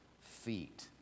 feet